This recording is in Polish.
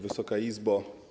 Wysoka Izbo!